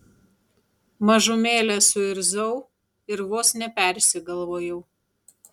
mažumėlę suirzau ir vos nepersigalvojau